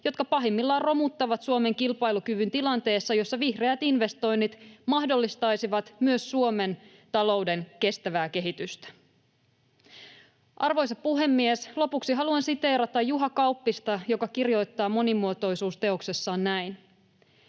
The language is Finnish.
jotka pahimmillaan romuttavat Suomen kilpailukyvyn tilanteessa, jossa vihreät investoinnit mahdollistaisivat myös Suomen talouden kestävää kehitystä. Arvoisa puhemies! Lopuksi haluan siteerata Juha Kauppista, joka kirjoittaa Monimuotoisuus-teoksessaan näin: